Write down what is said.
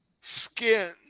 skin